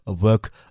work